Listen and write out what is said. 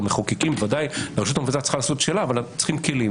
למחוקקים בוודאי הרשות המבצעת צריכה לעשות את שלה לא יהיו כלים.